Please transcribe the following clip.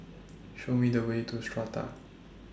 Show Me The Way to Strata